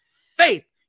faith